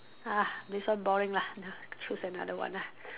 !ugh! this one boring lah nah choose another one lah